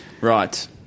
right